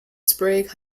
sprague